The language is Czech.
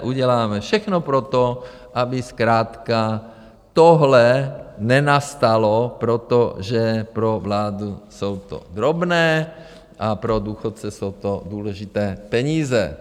Uděláme všechno pro to, aby zkrátka tohle nenastalo, protože pro vládu jsou to drobné, ale pro důchodce jsou to důležité peníze.